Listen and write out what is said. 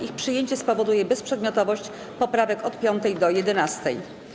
Ich przyjęcie spowoduje bezprzedmiotowość poprawek od 5. do 11.